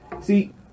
See